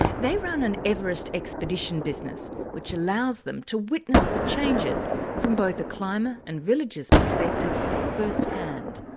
they run an everest expedition business which allows them to witness the changes from both a climber and villager's perspective first hand.